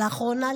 לאחרונה,